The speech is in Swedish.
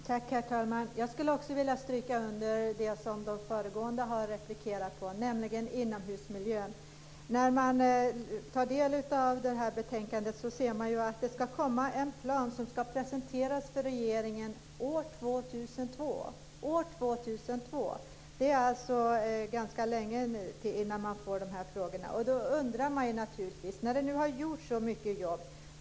Herr talman! Jag skulle också vilja stryka under det som föregående talare replikerat om, nämligen inomhusmiljön. Av betänkandet framgår att det ska komma en plan som ska presenteras för regeringen år 2002. Det dröjer alltså ganska länge. Då undrar man naturligtvis. Det har ju gjorts så mycket jobb.